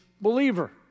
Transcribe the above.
believer